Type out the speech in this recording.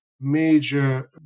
major